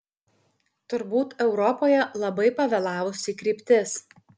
turbūt europoje labai pavėlavusi kryptis